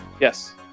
Yes